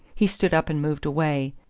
he stood up and moved away.